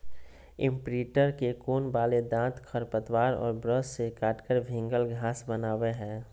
imprinter के कोण वाले दांत खरपतवार और ब्रश से काटकर भिन्गल घास बनावैय हइ